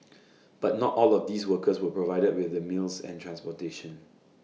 but not all of these workers were provided with the meals and transportation